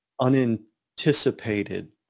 unanticipated